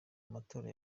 amatora